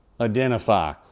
identify